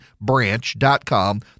Branch.com